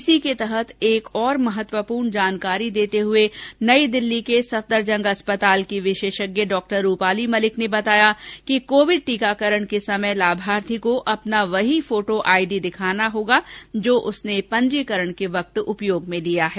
इसी के तहत एक और महत्वपूर्ण जानकारी देते हुये नई दिल्ली के सफदरजंग अस्पताल की विशेषज्ञ डॉ रूपाली मलिक ने बताया कि कोविड़ टीकाकरण के समय लाभार्थी को अपना वही फोटो आईडी दिखाना होगा जो उसने पंजीकरण के वक्त उपयोग में लिया है